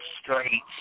straight